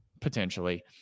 potentially